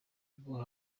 rwo